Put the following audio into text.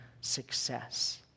success